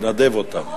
לנדב אותם.